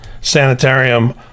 Sanitarium